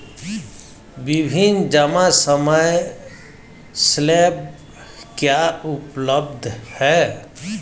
विभिन्न जमा समय स्लैब क्या उपलब्ध हैं?